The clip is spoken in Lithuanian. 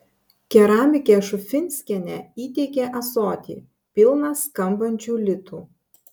keramikė šufinskienė įteikė ąsotį pilną skambančių litų